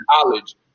college